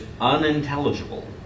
unintelligible